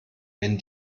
wenn